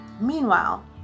Meanwhile